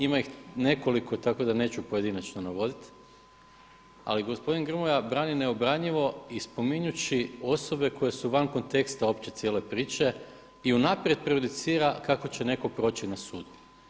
Ima ih nekoliko tako da neću pojedinačno navoditi, ali gospodin Grmoja brani neobranjivo i spominjući osobe koje su van konteksta opće cijele priče, i unaprijed prejudicira kako će netko proći na sudu.